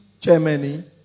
Germany